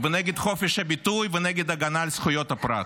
ונגד חופש הביטוי, ונגד הגנה על זכויות הפרט.